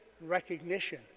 recognition